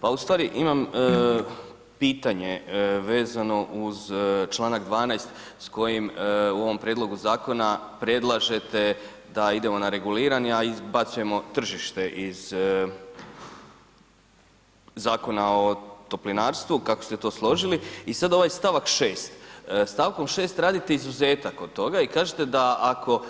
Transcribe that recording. Pa u stvari imam pitanje vezano uz Članak 12. s kojim u ovom prijedlogu zakona predlažete da idemo na regulirani, a izbacujemo tržište iz Zakona o toplinarstvu, kako ste to složili i sad ovaj stavak 6., stavkom 6. radite izuzetak od toga i kažete da ako